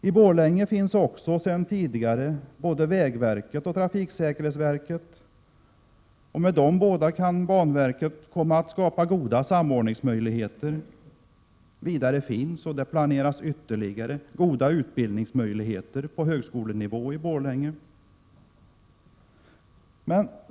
I Borlänge finns också sedan tidigare både vägverket och trafiksäkerhetsverket, med vilka banverket kan komma att skapa god samordning. Vidare finns, och planeras ytterligare, goda utbildningsmöjligheter på högskolenivå i Borlänge.